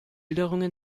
schilderungen